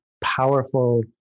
powerful